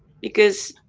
because,